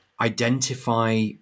identify